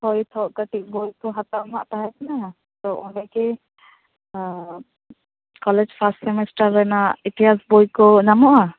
ᱦᱳᱭ ᱛᱚ ᱠᱟ ᱴᱤᱡ ᱵᱳᱭᱠᱚ ᱦᱟᱛᱟᱣ ᱨᱮᱱᱟᱜ ᱛᱟᱦᱮᱸᱠᱟᱱᱟ ᱛᱚ ᱚᱸᱰᱮᱜᱮ ᱟᱸ ᱠᱚᱞᱮᱡ ᱯᱷᱟᱨᱥᱴ ᱥᱮᱢᱤᱥᱴᱟᱨ ᱨᱮᱱᱟᱜ ᱤᱛᱤᱦᱟᱥ ᱵᱳᱭ ᱠᱚ ᱧᱟᱢᱚᱜ ᱟ